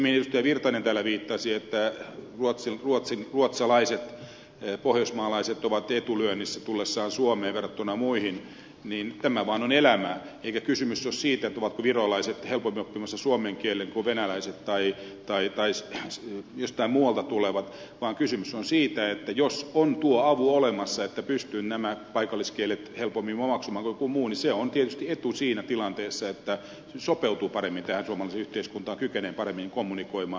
pertti virtanen täällä viittasi että ruotsalaiset pohjoismaalaiset ovat etulyönnissä tullessaan suomeen verrattuna muihin on vaan elämää eikä kysymys ole siitä ovatko virolaiset helpommin oppimassa suomen kielen kuin venäläiset tai jostain muualta tulevat vaan kysymys on siitä että jos on tuo avu olemassa että pystyy nämä paikalliskielet helpommin omaksumaan kuin joku muu niin se on tietysti etu siinä tilanteessa että sopeutuu paremmin tähän suomalaiseen yhteiskuntaan kykenee paremmin kommunikoimaan